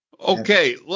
Okay